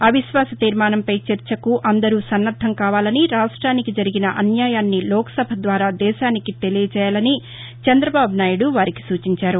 అవిశ్వాస తీర్మానంపై చర్చకు అందరు సన్నద్దం కావాలని రాష్ట్వినికి జరిగిన అన్యాయాన్ని లోక్సభ ద్వారా దేశానికి తెలియజేయాలని ముఖ్యమంతి వారికి సూచించారు